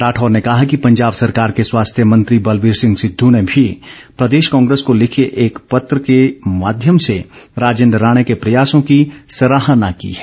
राठौर ने कहा कि पंजाब सरकार के स्वास्थ्य मंत्री बलवीर सिंह सिद्ध ने भी प्रदेश कांग्रेस को लिखे एक पत्र के माध्यम से राजेन्द्र राणा के प्रयासों की सराहना की है